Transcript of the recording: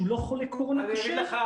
שהוא לא חולה קורונה קשה.